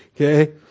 Okay